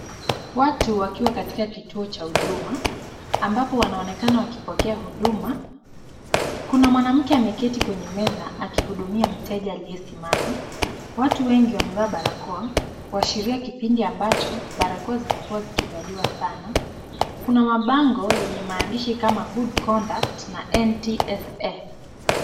Watu wakiwa katika kituo cha Huduma ambapo wanaonekana wakipokea huduma, kuna mwanamke ameketi kwenye meza akihudumia mteja aliyesimama. Watu wengi wamevaa barakoa, kuashiria kipindi ambacho barakoa zilikuwa zikivaliwa sana, kuna mabango yenye maandishi kama good conduct na [csNTSA .